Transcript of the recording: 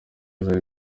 zari